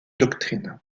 doctrines